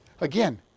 Again